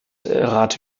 rat